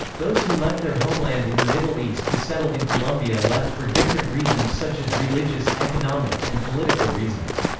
those who left their homeland in the middle east to settle in colombia left for different reasons such as religious, economic, and political reasons.